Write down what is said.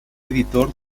editor